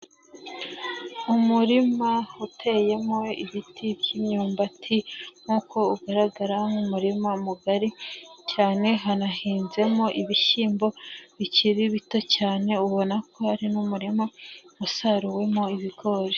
Umurima uteyemo ibiti by'imyumbati nkuko ugaragara ni umurima mugari cyane, hanahinzemo ibishyimbo bikiri bito cyane, ubona ko ari n'umurima usaruwemo ibigori.